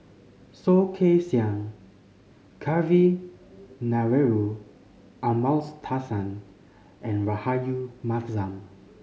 Soh Kay Siang Kavignareru Amallathasan and Rahayu Mahzam